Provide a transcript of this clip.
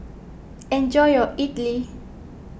enjoy your Idili